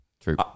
True